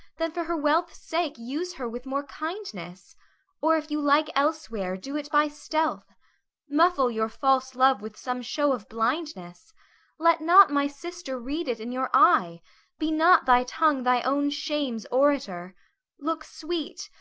then for her wealth's sake use her with more kindness or, if you like elsewhere, do it by stealth muffle your false love with some show of blindness let not my sister read it in your eye be not thy tongue thy own shame's orator look sweet,